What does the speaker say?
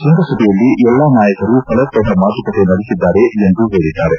ಶೃಂಗಸಭೆಯಲ್ಲಿ ಎಲ್ಲಾ ನಾಯಕರು ಫಲಪ್ರದ ಮಾತುಕತೆ ನಡೆಸಿದ್ದಾರೆ ಎಂದು ಹೇಳಿದ್ದಾರೆ